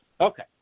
Okay